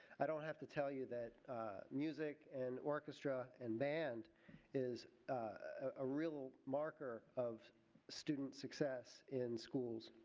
i don't have to tell you that music and orchestra and band is a real marker of student success in schools.